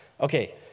Okay